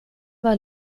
war